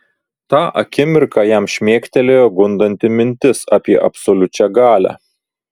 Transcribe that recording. tą akimirką jam šmėkštelėjo gundanti mintis apie absoliučią galią